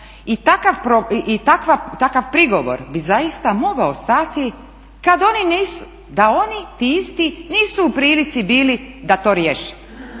I takav prigovor bi zaista mogao stajati da oni ti isti nisu u prilici bili da to riješe,